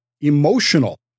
emotional